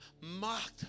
mocked